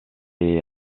est